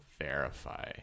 verify